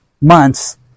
months